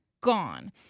gone